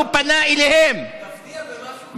ישירות הוא פנה אליהם, תפתיע במשהו חדש.